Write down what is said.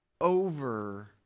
over